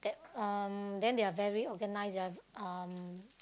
that um then they're very organised they are um